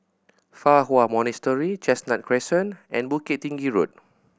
Fa Hua Monastery Chestnut Crescent and Bukit Tinggi Road